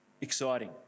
exciting